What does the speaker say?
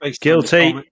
Guilty